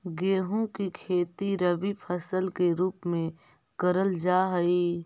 गेहूं की खेती रबी फसल के रूप में करल जा हई